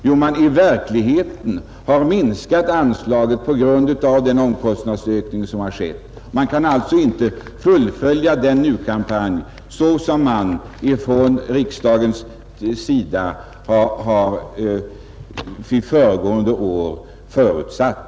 Jo, man har i verkligheten minskat anslaget på grund av den omkostnadsökning som skett. Man kan alltså inte fullfölja Sverige Nu-kampanjen såsom riksdagen föregående år har förutsatt.